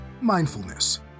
mindfulness